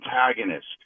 antagonist